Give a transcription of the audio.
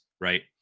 right